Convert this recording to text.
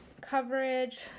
coverage